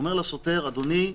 הוא אומר לשוטר: אדוני,